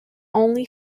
only